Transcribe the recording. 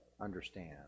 understand